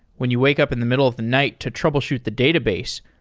when you wake up in the middle of the night to troubleshoot the database,